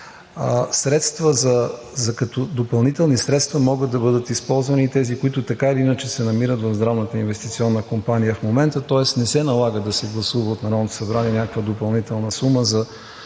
процедура. Като допълнителни средства могат да бъдат използвани и тези, които така или иначе се намират в Здравната инвестиционна компания в момента, тоест не се налага да се гласува от Народното събрание някаква допълнителна сума за